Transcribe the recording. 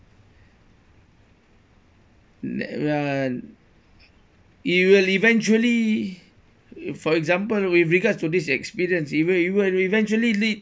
let uh it will eventually if for example with regards to this experience it will it will eventually lead